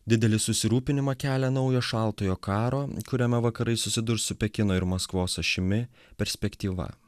didelį susirūpinimą kelia naujo šaltojo karo kuriame vakarai susidurs su pekino ir maskvos ašimi perspektyva